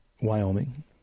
Wyoming